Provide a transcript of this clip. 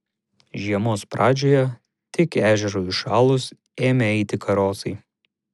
žiemos pradžioje tik ežerui užšalus ėmę eiti karosai